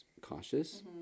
cautious